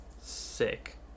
sick